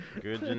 Good